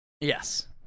Yes